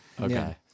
Okay